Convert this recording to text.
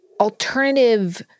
alternative